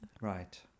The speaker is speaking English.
Right